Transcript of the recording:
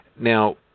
Now